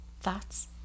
thoughts